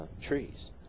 trees